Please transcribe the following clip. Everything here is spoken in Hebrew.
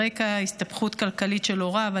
ברקע הייתה הסתבכות כלכלית של הוריו,